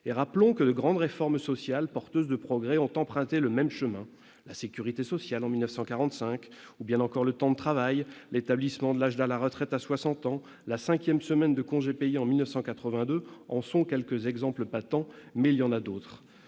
Rappelons que de grandes réformes sociales, porteuses de progrès, ont emprunté le même chemin. La sécurité sociale en 1945, ou bien encore le temps de travail, l'établissement de l'âge de la retraite à soixante ans, la cinquième semaine de congés payés en 1982 en sont quelques exemples patents, mais il y en a d'autres.